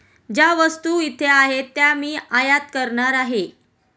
ज्या वस्तू इथे आहेत त्या मी आयात करणार आहे